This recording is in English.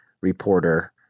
reporter